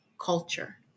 culture